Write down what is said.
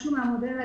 משהו מהמודל העסקי,